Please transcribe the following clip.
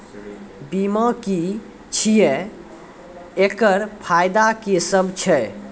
बीमा की छियै? एकरऽ फायदा की सब छै?